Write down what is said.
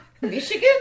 michigan